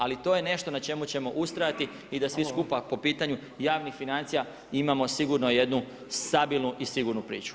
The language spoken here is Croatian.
Ali to je nešto na čemu ćemo ustrajati i da svi skupa po pitanju javnih financija imamo sigurno jedu stabilnu i sigurnu priču.